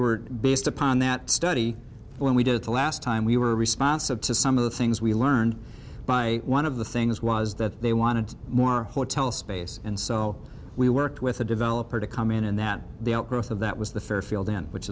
were based upon that study when we did the last time we were responsive to some of the things we learned by one of the things was that they wanted more hotel space and so we worked with a developer to come in and that they outgrowth of that was the fairfield inn which